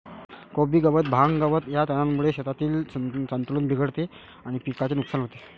कोबी गवत, भांग, गवत या तणांमुळे शेतातील संतुलन बिघडते आणि पिकाचे नुकसान होते